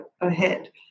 ahead